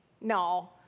No